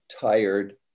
tired